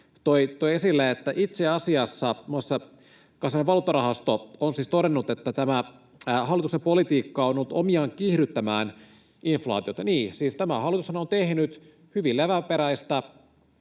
toi esille, itse asiassa Kansainvälinen valuuttarahasto on siis todennut, että hallituksen politiikka on ollut omiaan kiihdyttämään inflaatiota. Niin, tämä hallitushan on tehnyt hyvin leväperäistä